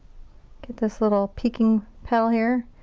get this little peeking petal here.